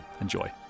Enjoy